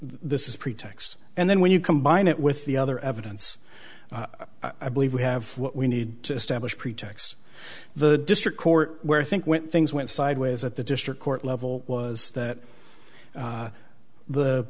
this is pretext and then when you combine it with the other evidence i believe we have what we need to establish pretext the district court where think when things went sideways at the district court level was that